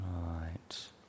right